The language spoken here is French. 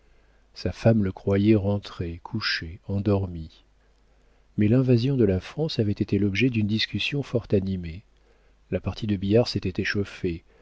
sa femme le croyait rentré couché endormi mais l'invasion de la france avait été l'objet d'une discussion fort animée la partie de billard s'était échauffée